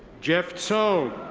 jeff tso.